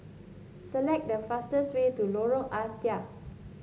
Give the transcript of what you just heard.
select the fastest way to Lorong Ah Thia